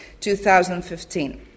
2015